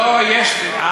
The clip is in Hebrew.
לא, יש.